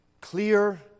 Clear